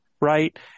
right